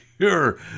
sure